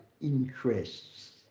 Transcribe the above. interests